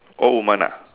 old woman ah